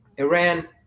Iran